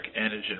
Antigen